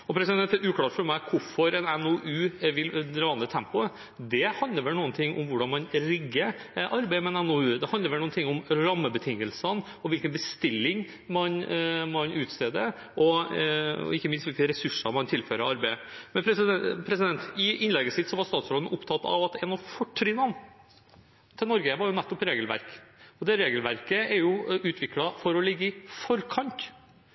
Det er uklart for meg hvorfor en NOU vil dra ned tempoet. Det handler vel noe om hvordan man rigger arbeidet med en NOU, det handler vel noe om rammebetingselene og hvilken bestilling man utsteder, og ikke minst hvilke ressurser man tilfører arbeidet. I innlegget sitt var statsråden opptatt av at et av fortrinnene til Norge nettopp var regelverk. Det regelverket er jo utviklet for å ligge i forkant,